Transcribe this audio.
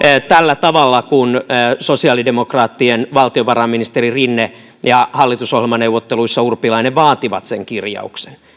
tällä tavalla kun sosiaalidemokraattien valtiovarainministeri rinne ja hallitusohjelmaneuvotteluissa urpilainen vaativat sen kirjauksen